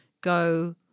go